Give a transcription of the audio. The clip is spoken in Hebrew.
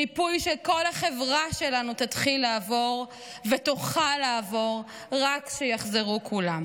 ריפוי שכל החברה שלנו תתחיל לעבור ותוכל לעבור רק כשיחזרו כולם.